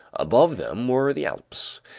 above them were the alps,